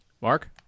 Mark